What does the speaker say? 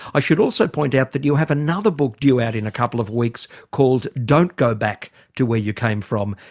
i should also point out that you have another book due out in a couple of weeks called don't go back to where you came from.